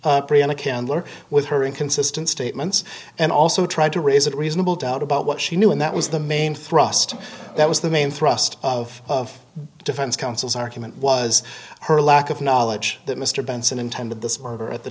candler with her inconsistent statements and also tried to raise a reasonable doubt about what she knew and that was the main thrust that was the main thrust of defense counsel's argument was her lack of knowledge that mr benson intended this murder at the